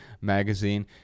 magazine